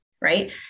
right